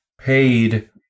paid